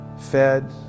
Fed